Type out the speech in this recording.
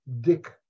Dick